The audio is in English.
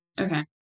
Okay